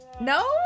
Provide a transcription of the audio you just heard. no